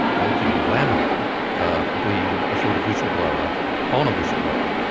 adrian lamo ah being a sort of whistleblower on a whistleblower.